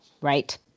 Right